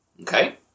Okay